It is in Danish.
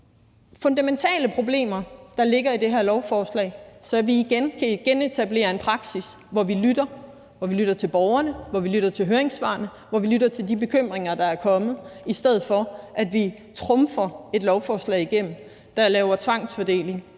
fundamentale problemer, der ligger i det her lovforslag, og så vi kan genetablere en praksis, hvor vi lytter, hvor vi lytter til borgerne, hvor vi lytter til høringssvarene, hvor vi lytter til de bekymringer, der er kommet, i stedet for at vi trumfer et lovforslag igennem, der laver tvangsfordeling